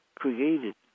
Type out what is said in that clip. created